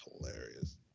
hilarious